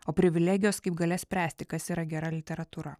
o privilegijos kaip galia spręsti kas yra gera literatūra